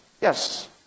Yes